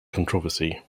controversy